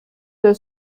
der